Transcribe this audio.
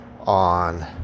on